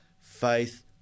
faith